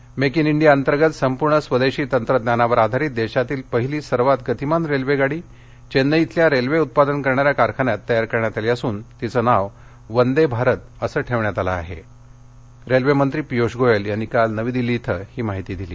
Piyush Goyal make in India अंतर्गत संपूर्ण स्वदेशी तंत्रज्ञानावर आधारित देशातील पहिली सर्वात गतिमान रेल्वेगाडी चेन्नई इथल्या रेल्वे उत्पादन करणाऱ्या कारखान्यात तयार करण्यात आली असून तिचं नाव वंदे भारत अस ठेवण्यात आल्याची माहिती रेल्वेमंत्री पियूष गोयल यांनी काल नवी दिल्ली इथं दिली